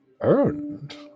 Earned